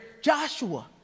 Joshua